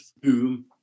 boom